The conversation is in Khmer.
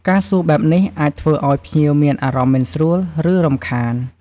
ការសួរបែបនេះអាចធ្វើឱ្យភ្ញៀវមានអារម្មណ៍មិនស្រួល ឬរំខាន។